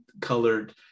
colored